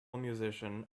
musician